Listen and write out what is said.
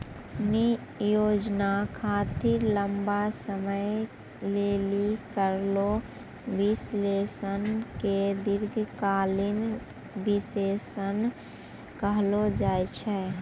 नियोजन खातिर लंबा समय लेली करलो विश्लेषण के दीर्घकालीन विष्लेषण कहलो जाय छै